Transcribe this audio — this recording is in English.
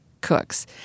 cooks